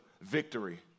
victory